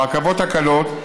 הרכבות הקלות,